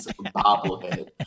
bobblehead